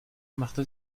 machte